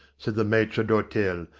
said the maitre d'hotel,